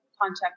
contact